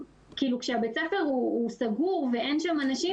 כשבית הספר הוא סגור ואין שם אנשים